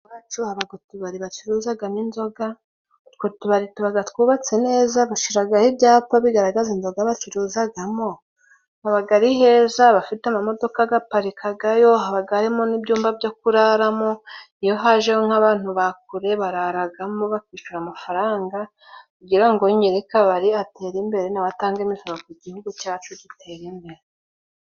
Iwacu habaga utubari bacuruzagamo inzoga. Utwo tubari tubaga twubatse neza, bashiragaho ibyapa bigaragaza inzoga bacuruzagamo. Habaga ari heza, bafite amamodoka gaparikagayo. Habagamo n'ibyumba byo kuraramo, iyo hajeho nk'abantu ba kure bararagamo, bakishura amafaranga kugira ngo nyiri kabare atere imbere, nawe atanga imisoro ku gihugu cyacu gitere imbere.